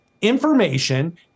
information